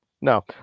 No